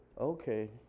Okay